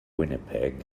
winnipeg